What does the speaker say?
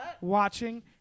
watching